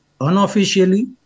unofficially